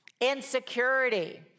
insecurity